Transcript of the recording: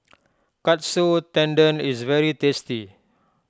Katsu Tendon is very tasty